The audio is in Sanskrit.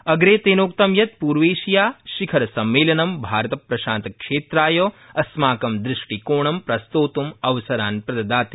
अग्रे तेनोक्त यत् प्वैंशियाशिखरसम्मेलनं भारत प्रशांत क्षेत्राय अस्माकं द्रष्टिकोणं प्रस्तोत्म् अवसरान् प्रददाति